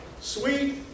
Sweet